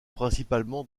principalement